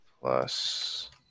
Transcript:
plus